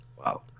wow